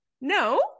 no